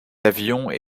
avions